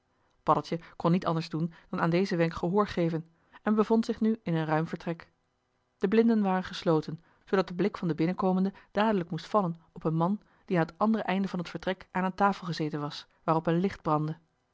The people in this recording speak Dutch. paddeltje kon niet anders doen dan aan dezen wenk gehoor geven en bevond zich nu in een ruim vertrek de blinden waren gesloten zoodat de blik van den binnenkomende dadelijk moest vallen op een man die aan het andere einde van het vertrek aan een tafel gezeten was waarop een licht brandde